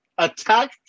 attack